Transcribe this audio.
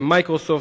ב"מיקרוסופט",